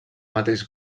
mateix